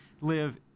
live